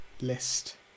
list